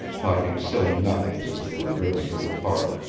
talking silly nothings as they were driven through the park.